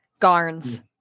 Garns